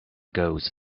goes